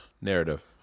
narrative